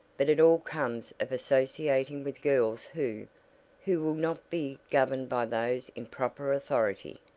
but it all comes of associating with girls who who will not be governed by those in proper authority,